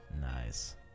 Nice